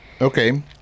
Okay